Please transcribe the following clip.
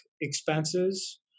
expenses